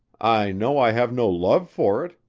i know i have no love for it,